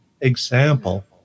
example